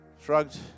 shrugged